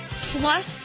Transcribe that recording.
Plus